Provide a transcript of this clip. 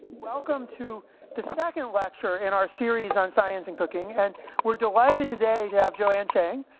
welcome to the second lecture in our series on science and cooking, and we're delighted today to have joanne chang.